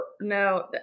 no